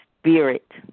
spirit